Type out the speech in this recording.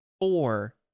four